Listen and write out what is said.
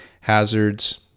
hazards